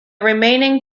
remaining